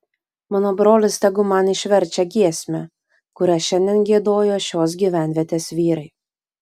mano brolis tegu man išverčia giesmę kurią šiandien giedojo šios gyvenvietės vyrai